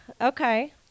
Okay